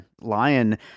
lion